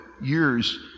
years